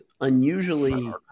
unusually